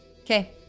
Okay